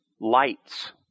lights